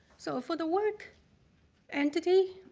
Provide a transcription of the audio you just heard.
so for the work entity,